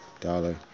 dollar